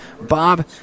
Bob